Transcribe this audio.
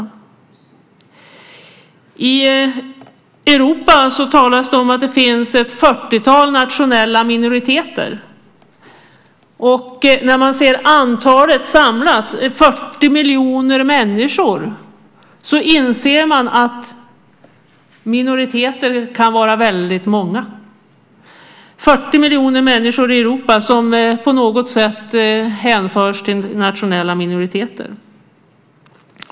I Europa talas det om att det finns ett fyrtiotal nationella minoriteter. När man ser till det samlade antalet, 40 miljoner människor, inser man att minoriteter kan vara väldigt många - 40 miljoner människor i Europa som på något sätt hänförs till nationella minoriteter.